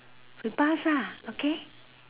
we pass ah okay